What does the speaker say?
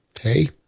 hey